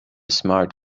smart